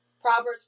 Proverbs